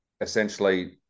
essentially